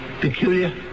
peculiar